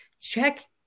Check